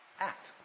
Act